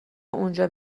اونجا